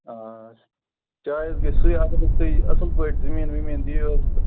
آ چاے حظ گژھِ سُے آسُن یُس تۅہہِ اَصٕل پٲٹھۍ زٔمیٖن وَمیٖن دِیو تہٕ